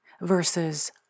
versus